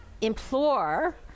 implore